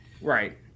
Right